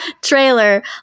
trailer